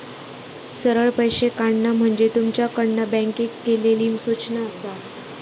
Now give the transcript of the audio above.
सरळ पैशे काढणा म्हणजे तुमच्याकडना बँकेक केलली सूचना आसा